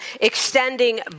extending